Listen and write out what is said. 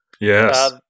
Yes